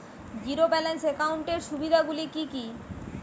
Zero balance একাউন্টের সুবিধা গুলি কি কি?